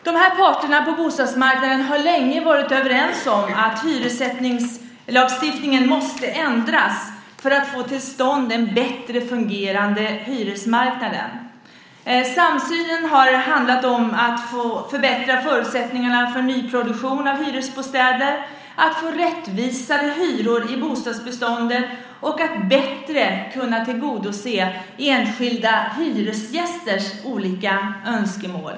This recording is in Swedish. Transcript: Dessa parter på bostadsmarknaden har länge varit överens om att hyressättningslagstiftningen måste ändras för att få till stånd en bättre fungerande hyresmarknad. Samsynen har handlat om att förbättra förutsättningarna för nyproduktion av hyresbostäder, att få rättvisare hyror i bostadsbeståndet, och att bättre kunna tillgodose enskilda hyresgästers olika önskemål.